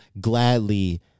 gladly